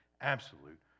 absolute